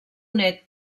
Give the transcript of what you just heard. nét